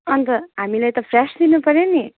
अनि त हामीलाई त फ्रेस दिनुपऱ्यो नि